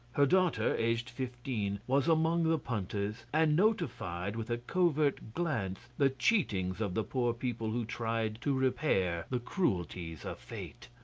her daughter, aged fifteen, was among the punters, and notified with a covert glance the cheatings of the poor people who tried to repair the cruelties of fate.